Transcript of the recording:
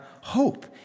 hope